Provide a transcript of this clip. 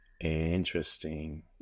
Interesting